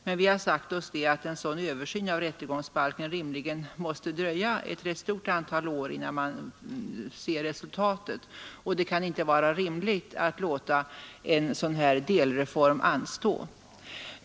Men vi har sagt oss att det rimligen måste dröja ett stort antal år innan man ser resultatet av en sådan översyn. Det kan då inte vara rimligt att låta en sådan här delreform anstå.